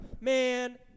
Man